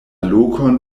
lokon